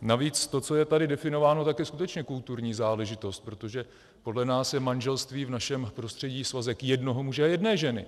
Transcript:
Navíc to, co je tady definováno, je skutečně kulturní záležitost, protože podle nás je manželství v našem prostředí svazek jednoho muže a jedné ženy.